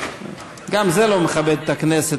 גם זה לא מכבד את הכנסת,